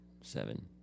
seven